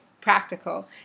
practical